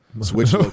Switch